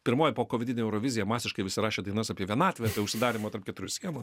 pirmoji pokovidinė eurovizija masiškai vis rašė dainas apie vienatvę apie užsidarymą tarp keturių sienų